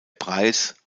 preis